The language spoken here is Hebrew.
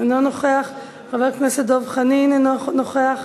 אינו נוכח, חבר הכנסת דב חנין, אינו נוכח,